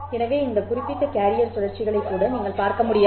எனவே இந்த குறிப்பிட்ட கேரியர் சுழற்சிகளைக் கூட நீங்கள் பார்க்க முடியாது